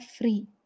free